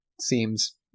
seems